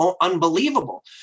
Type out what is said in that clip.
unbelievable